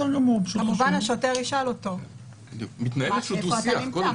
כמובן שהשוטר ישאל אותו איפה אתה נמצא.